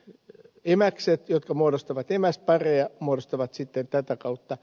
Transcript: nämä emäkset muodostavat emäspareja sitten tätä kautta